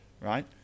right